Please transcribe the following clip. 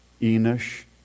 Enosh